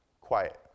Quiet